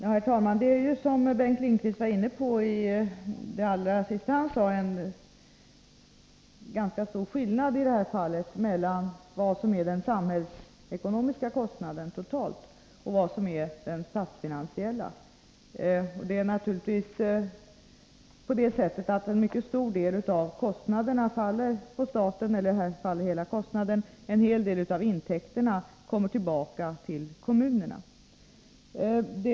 Herr talman! Det är ju, som Bengt Lindqvist allra sist i sitt inlägg var inne på, en ganska stor skillnad i det här fallet mellan den samhällsekonomiska kostnaden totalt och den statsfinansiella. Naturligtvis faller en mycket stor del av kostnaderna på staten — i det här fallet hela kostnaden. En hel del av intäkterna kommer tillbaka till kommunerna.